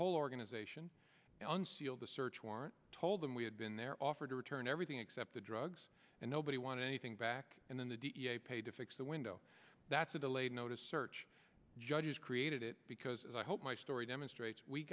whole organization unsealed the search warrant told them we had been there offered to return everything except the drugs and nobody wanted anything back and then the da paid to fix the window that's a delayed notice search judge created it because as i hope my story demonstrates we